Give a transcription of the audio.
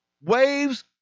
Waves